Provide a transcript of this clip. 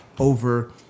Over